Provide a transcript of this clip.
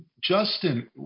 Justin